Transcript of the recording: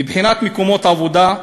מבחינת מקומות עבודה,